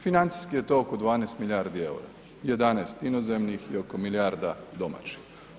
Financijski je to oko 12 milijardi eura, 11 inozemnih i oko milijarda domaćih.